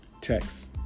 text